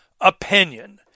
opinion